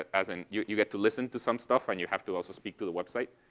as in, you you get to listen to some stuff and you have to also speak to the website.